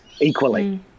equally